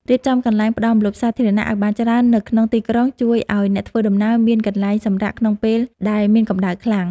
រៀបចំកន្លែងផ្ដល់ម្លប់សាធារណៈឱ្យបានច្រើននៅក្នុងទីក្រុងជួយឱ្យអ្នកធ្វើដំណើរមានកន្លែងសម្រាកក្នុងពេលដែលមានកម្ដៅខ្លាំង។